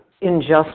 injustice